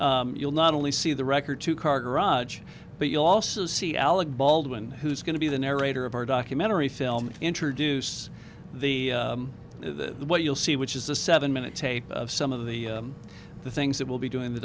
com you'll not only see the record two car garage but you'll also see alec baldwin who's going to be the narrator of our documentary film introduce the the what you'll see which is a seven minute tape of some of the the things that will be doing the